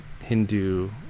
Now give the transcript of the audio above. Hindu